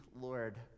Lord